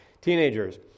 teenagers